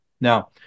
now